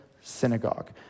synagogue